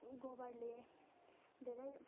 गोबरले धेरै